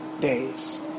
days